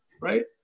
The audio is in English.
right